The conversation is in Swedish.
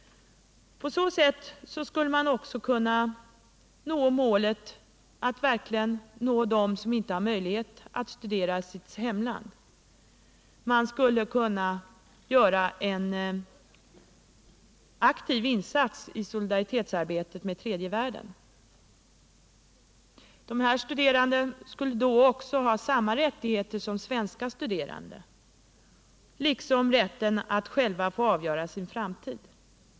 På så sätt skulle man också verkligen kunna nå dem som inte har möjlighet att studera i sitt hemland. Man skulle kunna göra en aktiv insats i arbetet för solidaritet med tredje världen. Dessa studerande skulle då också ha samma rättigheter som svenska studerande liksom rätten att själva avgöra sin framtid.